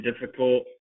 difficult